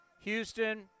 Houston